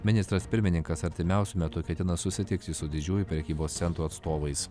ministras pirmininkas artimiausiu metu ketina susitikti su didžiųjų prekybos centrų atstovais